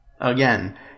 Again